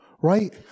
right